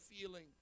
feeling